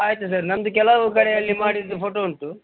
ಆಯಿತು ಸರ್ ನಮ್ಮದು ಕೆಲವು ಕಡೆಯಲ್ಲಿ ಮಾಡಿದ್ದು ಫೋಟೋ ಉಂಟು